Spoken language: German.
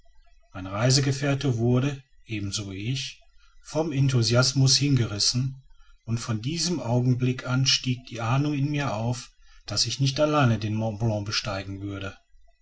mein reisegefährte wurde ebenso wie ich von enthusiasmus hingerissen und von diesem augenblick an stieg die ahnung in mir auf daß ich nicht allein den mont blanc besteigen würde